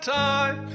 time